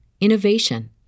innovation